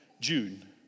June